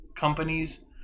companies